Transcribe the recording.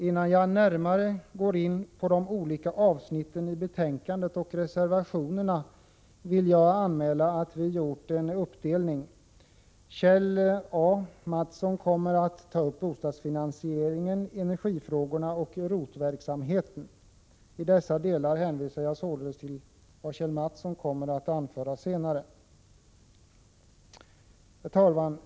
Innan jag går närmare in på de olika avsnitten i betänkandet och reservationerna vill jag anmäla att vi har gjort en uppdelning, så att Kjell A. Mattsson kommer att ta upp bostadsfinansieringen, energifrågorna och ROT-verksamheten. I dessa delar hänvisar jag således till vad Kjell A. Mattsson kommer att anföra senare. Herr talman!